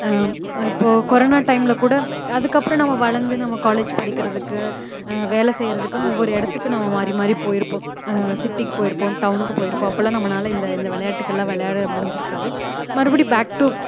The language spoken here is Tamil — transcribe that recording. இப்போது கொரோனா டைமில் கூட அதுக்கப்புறம் நாம் வளர்ந்து நாம் காலேஜ் படிக்கிறதுக்கு வேலை செய்கிறதுக்குன்னு ஒவ்வொரு இடத்துக்கு நாம் மாறி மாறி போயிருப்போம் சிட்டிக்கு போயிருப்போம் டவுனுக்கு போயிருப்போம் அப்பெல்லாம் நம்மனால் இந்த இந்த விளாட்டுக்கள்லாம் விளாட முடிஞ்சிருக்காது மறுபடி பேக் டூ